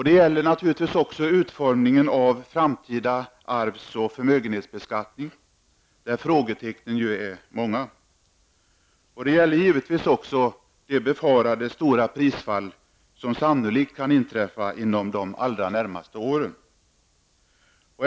Det gäller naturligtvis också utformningen av framtida arvs och förmögenhetsbeskattning, där frågetecknen är många, och det stora prisfall som sannolikt kan befaras inträffa inom de allra närmaste åren.